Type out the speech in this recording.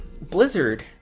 Blizzard